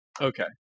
Okay